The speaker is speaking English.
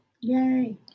yay